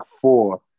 four